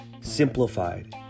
simplified